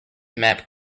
map